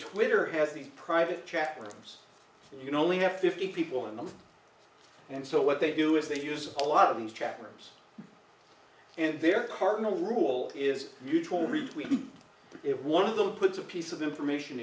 twitter has these private chat rooms that you can only have fifty people in them and so what they do is they use a lot of these chat rooms and they're cardinal rule is mutual read it one of the puts a piece of information